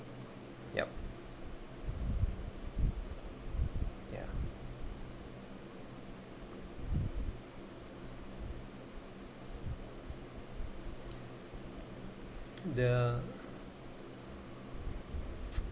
yup ya the